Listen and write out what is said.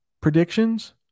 predictions